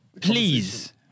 Please